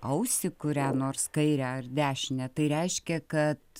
ausį kuria nors kairę ar dešinę tai reiškia kad